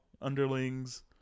underlings